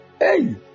Hey